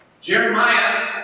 Jeremiah